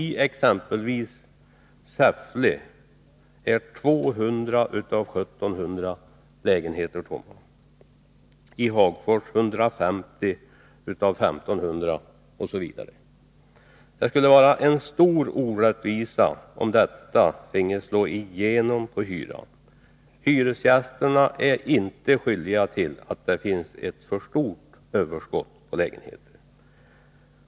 I exempelvis Säffle står 200 av 1 700 lägenheter tomma. I Hagfors är 150 av 1 500 lägenheter outhyrda osv. Det skulle vara mycket orättvist om detta finge slå igenom på hyran. Hyresgästerna är inte skyldiga till att det finns ett stort överskott på lägenheter.